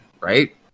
right